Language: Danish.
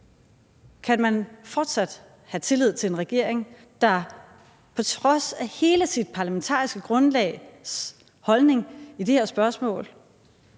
Kan man fortsat have tillid til en regering, der på trods af hele sit parlamentariske grundlags holdning i det her spørgsmål